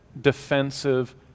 defensive